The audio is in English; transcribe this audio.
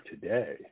today